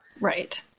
Right